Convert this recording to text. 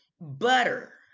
Butter